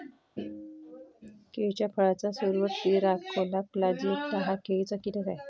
केळीच्या फळाचा सुरवंट, तिराकोला प्लॅजिएटा हा केळीचा कीटक आहे